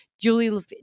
Julie